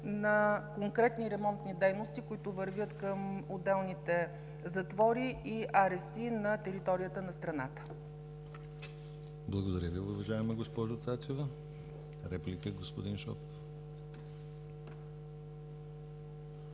на конкретни ремонтни дейности, които вървят към отделните затвори и арести на територията на страната.